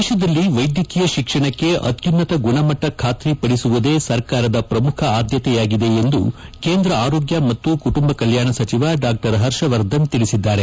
ದೇಶದಲ್ಲಿ ವೈದ್ಯಕೀಯ ಶಿಕ್ಷಣಕ್ಕೆ ಅತ್ಯುನ್ನತ ಗುಣಮಟ್ಟ ಖಾತ್ರಿ ಪಡಿಸುವುದೇ ಸರ್ಕಾರದ ಪ್ರಮುಖ ಆದ್ಯತೆಯಾಗಿದೆ ಎಂದು ಕೇಂದ್ರ ಆರೋಗ್ಯ ಮತ್ತು ಕುಟುಂಬ ಕಲ್ಯಾಣ ಸಚಿವ ಡಾ ಹರ್ಷವರ್ಧನ್ ತಿಳಿಸಿದ್ದಾರೆ